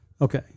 Okay